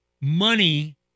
money